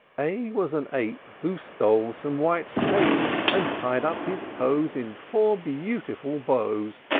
a was an ape, who stole some white tape, and tied up his toes in four beautiful bows.